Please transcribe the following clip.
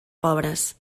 pobres